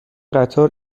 قطار